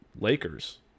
Lakers